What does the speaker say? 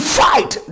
fight